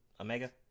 Omega